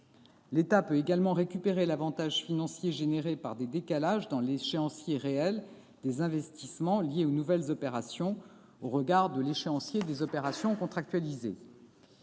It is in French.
L'État peut également récupérer l'avantage financier résultant des décalages constatés dans l'échéancier réel des investissements liés aux nouvelles opérations au regard de l'échéancier d'investissements contractualisé.